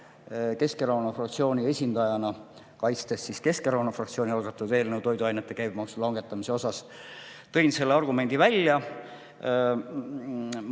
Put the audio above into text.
Keskerakonna fraktsiooni esindajana, kaitstes Keskerakonna fraktsiooni algatatud eelnõu toiduainete käibemaksu langetamise kohta, tõin selle argumendi välja.